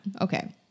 Okay